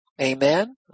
Amen